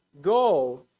Go